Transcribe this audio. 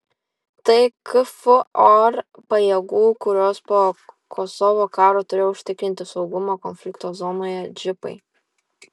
tai kfor pajėgų kurios po kosovo karo turėjo užtikrinti saugumą konflikto zonoje džipai